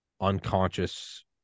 unconscious